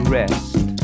rest